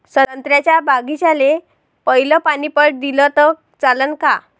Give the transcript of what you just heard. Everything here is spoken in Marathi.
संत्र्याच्या बागीचाले पयलं पानी पट दिलं त चालन का?